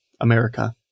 America